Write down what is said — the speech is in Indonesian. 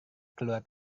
keluar